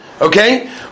Okay